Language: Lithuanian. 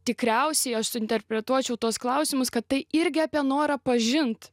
tikriausiai aš suinterpretuočiau tuos klausimus kad tai irgi apie norą pažint